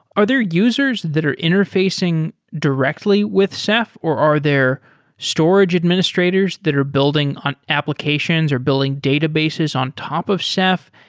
are there users that are interfacing directly with ceph or are there storage administrators that are building on applications or building databases on top of ceph?